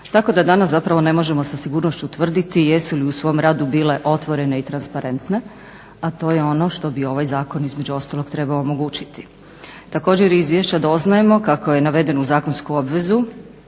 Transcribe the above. tako da danas zapravo ne možemo sa sigurnošću tvrditi jesu li u svom radu bile otvorene i transparentne, a to je ono što bi ovaj zakon između ostalog trebao omogućiti. Također, iz izvješća doznajemo kako je navedenu zakonsku obvezu